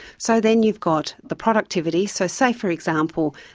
so then you've got the productivity, so say, for example,